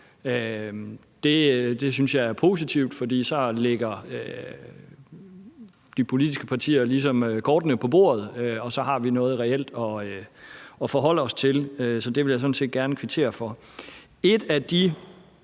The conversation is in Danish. Det synes jeg er positivt, for så lægger de politiske partier ligesom kortene på bordet, og så har vi noget reelt at forholde os til. Så det vil jeg sådan set gerne kvittere for. Et af de